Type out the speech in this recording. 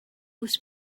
was